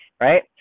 right